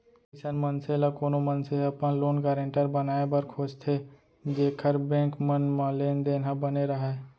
अइसन मनसे ल कोनो मनसे ह अपन लोन गारेंटर बनाए बर खोजथे जेखर बेंक मन म लेन देन ह बने राहय